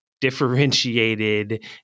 differentiated